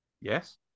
Yes